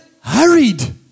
hurried